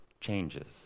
changes